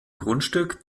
grundstück